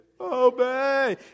obey